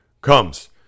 comes